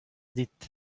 dit